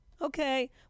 Okay